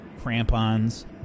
crampons